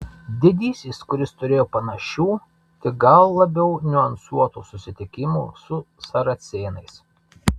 didysis kuris turėjo panašių tik gal labiau niuansuotų susitikimų su saracėnais